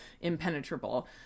impenetrable